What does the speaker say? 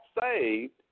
saved